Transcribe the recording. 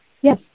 Yes